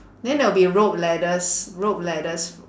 then there'll be rope ladders rope ladders